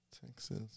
Texas